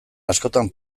askotan